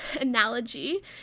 analogy